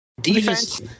Defense